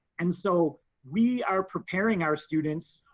and so we are preparing our students